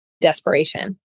desperation